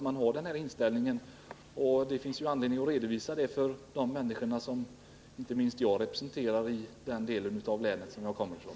Men då finns det ju anledning att redovisa den inställningen för människorna i den del av länet som jag kommer ifrån.